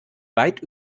weit